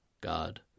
God